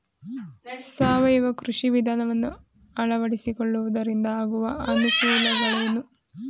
ಸಾವಯವ ಕೃಷಿ ವಿಧಾನವನ್ನು ಅಳವಡಿಸಿಕೊಳ್ಳುವುದರಿಂದ ಆಗುವ ಅನುಕೂಲಗಳೇನು?